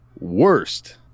worst